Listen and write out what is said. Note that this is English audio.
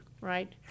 right